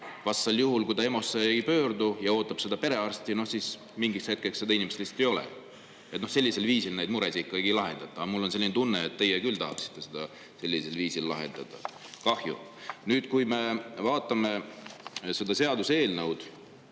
Vastasel juhul, kui ta EMO-sse ei pöördu ja ootab perearsti, siis mingiks hetkeks seda inimest lihtsalt ei ole enam. Sellisel viisil neid muresid ikkagi ei lahendata, aga mul on selline tunne, et teie küll tahaksite seda sellisel viisil lahendada. Kahju! Nüüd, kui me vaatame seda seaduseelnõu,